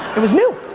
it was new.